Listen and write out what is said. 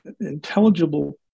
intelligible